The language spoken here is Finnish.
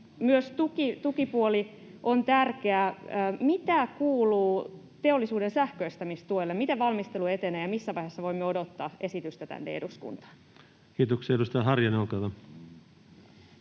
myös tukipuoli on tärkeä. Mitä kuuluu teollisuuden sähköistämistuelle? Miten valmistelu etenee, ja missä vaiheessa voimme odottaa esitystä tänne eduskuntaan? [Speech 71] Speaker: